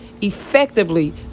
effectively